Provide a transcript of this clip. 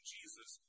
Jesus